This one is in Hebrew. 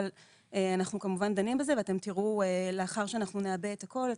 אבל אנחנו כמובן דנים בזה ואתם תראו לאחר שאנחנו נעבה את הכל,